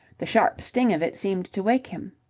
the sharp sting of it seemed to wake him.